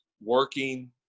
working